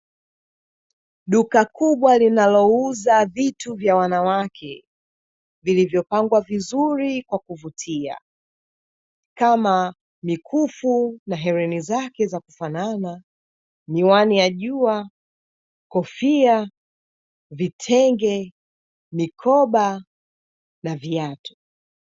Duka kubwa linalouza vitu vya wanawake vilivyopangwa vizuri kwa kuvutia kama: mikufu na hereni zake za kufanana, miwani ya jua, kofia, vitenge, mikoba na viatu.